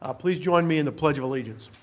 ah please join me in the pledge of allegiance.